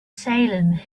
salem